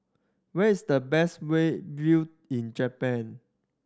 where is the best view in Japan